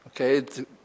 Okay